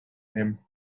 him